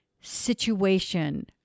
situation